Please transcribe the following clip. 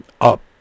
up